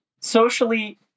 socially